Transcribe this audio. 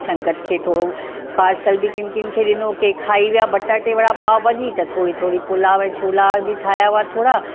संगत खे थोरो पार्सल बि किन किन खे ॾिनो के खाई विया बटाटे वड़ा पाव भाॼी त थोरी थोरी पुलाव ऐं छोला बि ठाहिया हुआ थोरा